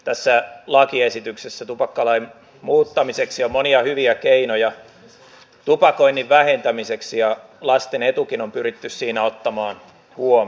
tässä lakiesityksessä tupakkalain muuttamiseksi on monia hyviä keinoja tupakoinnin vähentämiseksi ja lasten etukin on pyritty siinä ottamaan huomioon